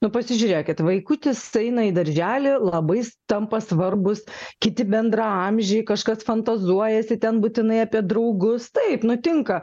nu pasižiūrėkit vaikutis eina į darželį labais tampa svarbūs kiti bendraamžiai kažkas fantazuojasi ten būtinai apie draugus taip nutinka